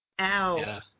Ow